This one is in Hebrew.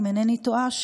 אם אינני טועה,